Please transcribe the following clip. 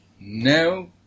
no